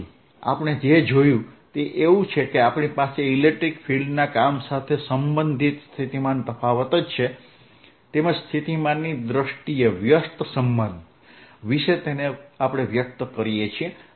આપણે જે જોયું તે એવું છે કે આપણી પાસે ઇલેક્ટ્રિક ફિલ્ડના કામ સાથે સંબંધિત સ્થિતિમાન તફાવત છે તેમજ સ્થિતિમાનની દ્રષ્ટિએ વ્યસ્ત સંબંધ વિશે તેને વ્યક્ત કરું છું